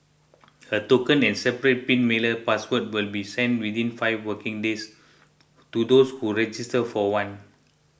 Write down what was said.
a token and separate pin mailer password will be sent within five working days to those who register for one